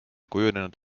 kujunenud